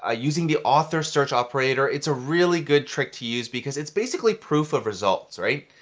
ah using the author search operator, it's a really good trick to use because it's basically proof of results, right?